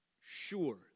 sure